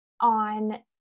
on